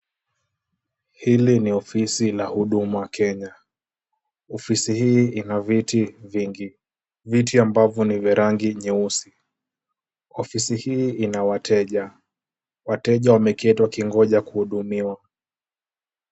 Hili ni ofisi la huduma kenya. Ofisi hii ina viti vingi, viti ambavyo ni vya rangi nyeusi. Ofisi hii ina wateja. Wateja wameketi wakingoja kuhudumiwa.